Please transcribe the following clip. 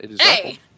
Hey